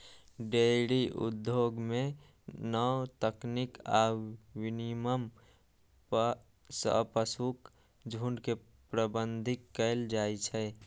dairy उद्योग मे नव तकनीक आ विनियमन सं पशुक झुंड के प्रबंधित कैल जाइ छै